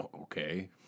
Okay